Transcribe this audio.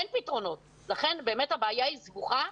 אין פתרונות, לכן באמת הבעיה היא סבוכה.